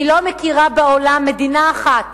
אני לא מכירה בעולם מדינה אחת